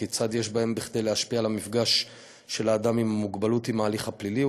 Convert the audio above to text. כיצד יש בהם כדי להשפיע על המפגש של האדם עם המוגבלות עם ההליך הפלילי,